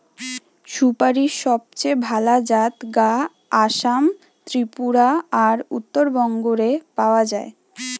সুপারীর সবচেয়ে ভালা জাত গা আসাম, ত্রিপুরা আর উত্তরবঙ্গ রে পাওয়া যায়